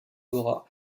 bora